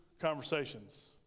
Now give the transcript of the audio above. conversations